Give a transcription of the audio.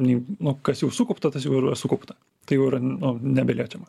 nei nu kas jau sukaupta tas jau ir yra sukaupta tai jau yra nu nebeliečiama